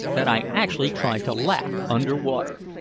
that i actually tried to laugh under water!